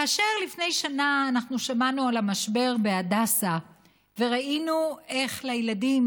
כאשר לפני שנה שמענו על המשבר בהדסה וראינו איך לילדים